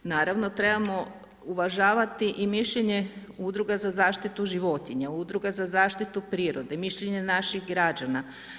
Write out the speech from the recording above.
Naravno trebamo uvažavati i mišljenje udruga za zaštitu životinja, udruga za zaštitu prirode i mišljenja naših građana.